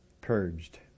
purged